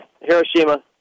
Hiroshima